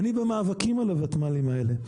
אני במאבקים על הותמ"לים האלה.